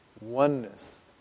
Oneness